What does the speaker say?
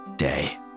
Day